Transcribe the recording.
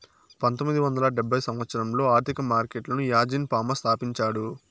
పంతొమ్మిది వందల డెబ్భై సంవచ్చరంలో ఆర్థిక మార్కెట్లను యాజీన్ ఫామా స్థాపించాడు